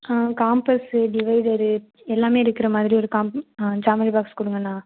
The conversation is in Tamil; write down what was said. ஆ காம்பஸ்ஸு டிவைடரு எல்லாமே இருக்கிற மாதிரி ஒரு காம் ஜாமெண்ட்ரி பாக்ஸ் கொடுங்கண்ணா